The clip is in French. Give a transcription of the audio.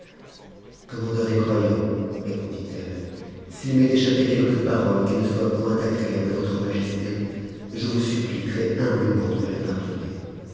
commandeur des croyants répondit ehe s'i m'est échappé quelque parole qui ne soit point agréable à votre majesté je vous supplie rèshumblement de me la pardonner